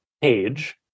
page